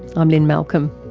i'm lynne malcolm.